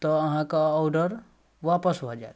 तऽ अहाँके औडर वापस भऽ जायत